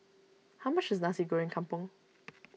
how much is Nasi Goreng Kampung